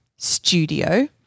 studio